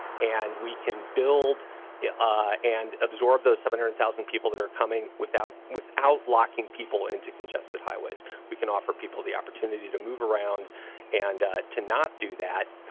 and we can build yeah ah and absorb those seven or and thousand people that are coming without without blocking people into congested highways but we can offer people the opportunity to move around and to not do that.